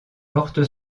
porte